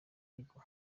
igwa